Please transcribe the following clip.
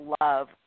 love